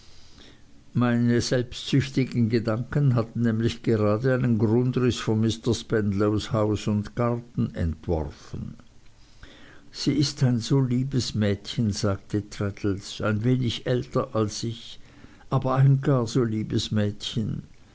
meine selbstsüchtigen gedanken hatten nämlich gerade einen grundriß von mr spenlows haus und garten entworfen sie ist so ein liebes mädchen sagte traddles ein wenig älter als ich aber ein gar so liebes mädchen